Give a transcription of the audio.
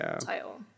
title